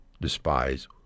despise